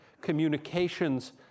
communications